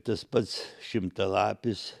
tas pats šimtalapis